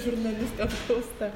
žurnalistė apklausta